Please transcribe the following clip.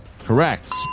Correct